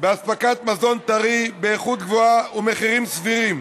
באספקת מזון טרי באיכות גבוהה ובמחירים סבירים.